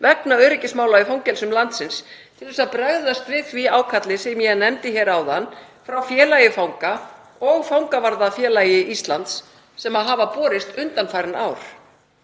vegna öryggismála í fangelsum landsins til þess að bregðast við því ákalli sem ég nefndi hér áðan frá félagi fanga og Fangavarðafélagi Íslands sem hafa borist undanfarin ár.